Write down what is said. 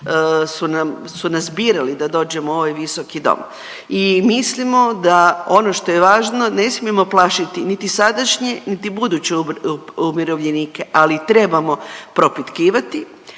su nas birali da dođemo u ovaj visoki dom. I mislim da ono što je važno ne smijemo plašiti niti sadašnje, niti buduće umirovljenike, ali trebamo propitkivati,